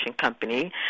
company